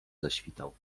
zaświtał